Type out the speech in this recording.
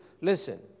Listen